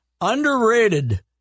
underrated